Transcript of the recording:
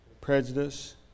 Prejudice